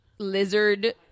lizard